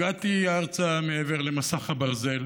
הגעתי ארצה מעבר למסך הברזל